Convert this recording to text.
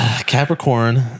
Capricorn